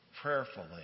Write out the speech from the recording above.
prayerfully